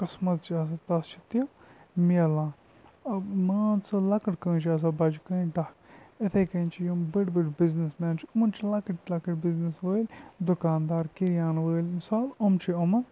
قٕسمَتھ چھِ آسان تَس چھُ تہِ ملان مان ژٕ لۄکٕٹ کٲنٛسہِ چھِ آسان اِتھَے کٔنۍ چھِ یِم بٔڑۍ بٔڑۍ بِزنِس مین چھِ یمَن چھِ لۄکٕٹۍ لَۄکٹۍ بِزنِس وٲلۍ دُکاندار کِریان وٲلۍ مِثال یِم چھِ یِمَن